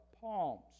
Palms